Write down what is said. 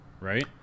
right